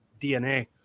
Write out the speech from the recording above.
DNA